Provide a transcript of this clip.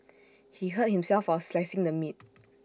he hurt himself while slicing the meat